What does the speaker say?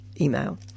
email